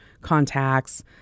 contacts